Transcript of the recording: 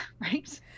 right